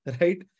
Right